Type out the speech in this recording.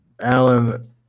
Alan